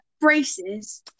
braces